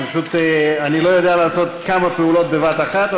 פשוט אני לא יודע לעשות כמה פעולות בבת אחת.